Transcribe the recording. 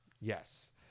Yes